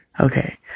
Okay